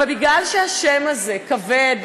אבל מכיוון שהשם הזה כבד,